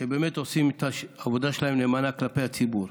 שבאמת עושים את העבודה שלכם נאמנה כלפי הציבור.